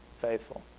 faithful